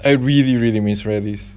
I really really miss rallies